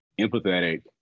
empathetic